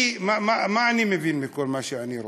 מה אני מבין מכל מה שאני רואה?